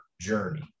journey